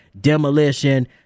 Demolition